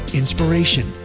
inspiration